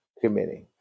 committing